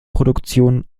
produktion